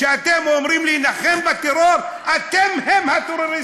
כשאתם אומרים להילחם בטרור, אתם הטרוריסטים.